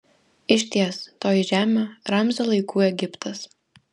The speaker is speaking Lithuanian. išties toji žemė ramzio laikų egiptas